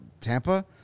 Tampa